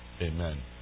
amen